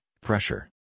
pressure